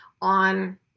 on